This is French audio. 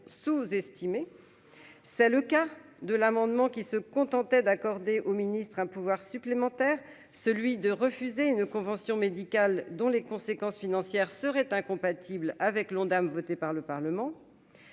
sous-estimé, c'est le cas de l'amendement qui se contentait d'accorder au ministre un pouvoir supplémentaire, celui de refuser une convention médicale dont les conséquences financières seraient incompatibles avec l'Ondam, voté par le Parlement,